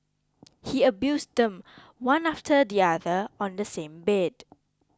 he abused them one after the other on the same bed